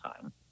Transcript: time